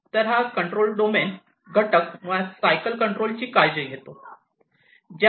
तर हा control domain घटक मुळात सायकल कंट्रोलची काळजी घेतो